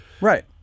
Right